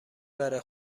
بره